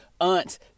aunts